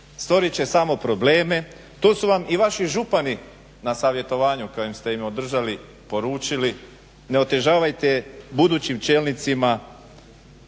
Stvorit će samo probleme, tu su vam i vaši župani na savjetovanju koje ste im održali poručili ne otežavajte budućim čelnicima